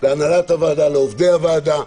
להנהלת הוועדה, לעובדי הוועדה,